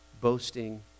boasting